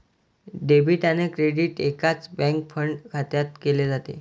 debit आणि credit एकाच bank fund खात्यात केले जाते